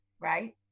right